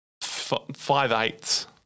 five-eighths